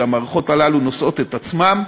שהמערכות הללו נושאות את עצמן.